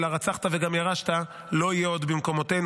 "הרצחת וגם ירשת" לא יהיה יותר במקומותינו.